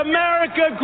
America